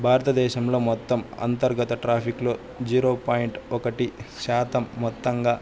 భారతదేశంలో మొత్తం అంతర్గత ట్రాఫిక్ లో జీరో పాయింట్ ఒకటి శాతం మొత్తంగా